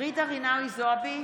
ג'ידא רינאוי זועבי,